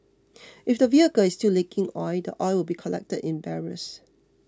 if the vehicle is still leaking oil the oil will be collected in barrels